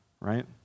right